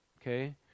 Okay